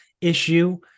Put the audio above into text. issue